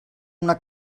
una